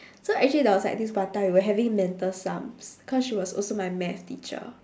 so actually there was like this one time we were having mental sums cause she was also my math teacher